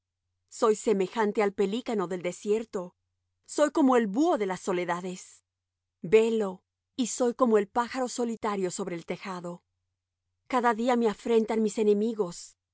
soy semejante al pelícano del desierto soy como el buho de las soledades velo y soy como el pájaro solitario sobre el tejado cada día me afrentan mis enemigos